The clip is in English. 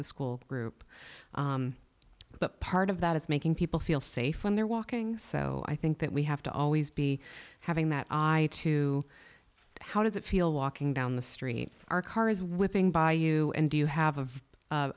t school group but part of that is making people feel safe when they're walking so i think that we have to always be having that i too how does it feel walking down the street our cars whipping by you and do you have